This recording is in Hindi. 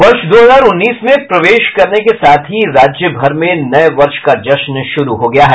वर्ष दो हजार उन्नीस में प्रवेश करने के साथ ही राज्यभर में नये वर्ष का जश्न शुरू हो गया है